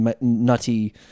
nutty